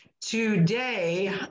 today